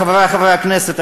חברי חברי הכנסת,